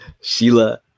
Sheila